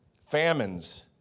famines